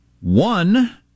One